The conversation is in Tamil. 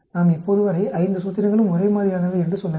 நாம் இப்போதுவரை 5 சூத்திரங்களும் ஒரே மாதிரியானவை என்று சொல்ல வேண்டும்